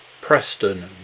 Preston